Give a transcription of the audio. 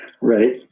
Right